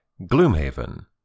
Gloomhaven